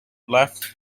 left